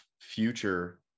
future